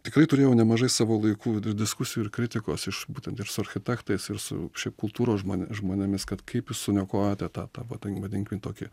tikrai turėjau nemažai savo laikų ir diskusijų ir kritikos iš būtent ir su architektais ir su šiaip kultūros žmonė žmonėmis kad kaip jis suniokojote tą tą vadinkim tokį